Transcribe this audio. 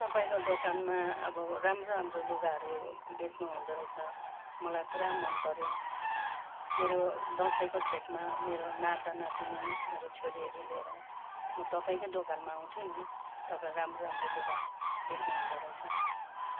तपाईँको दोकानमा अब राम्रो राम्रो लुगाहरू बेच्नु हुँदोरहेछ मलाई पुरा मन पऱ्यो मेरो दसैँको छेकमा मेरो नातानातिनी मेरो छोरीहरू लिएर म तपाईँकै दोकानमा आउँछु नि तपाईँ राम्रो राम्रो लुगा बेच्नु हुँदोरहेछ